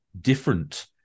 different